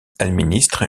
administre